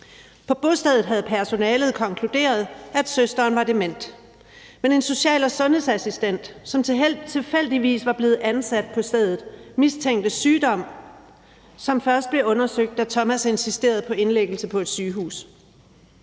På bostedet havde personale konkluderet, at søsteren var dement, men en social- og sundhedsassistent, som tilfældigvis var blevet ansat på stedet, mistænkte sygdom, som først blev undersøgt, da Thomas insisterede på indlæggelse på et sygehus.